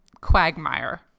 quagmire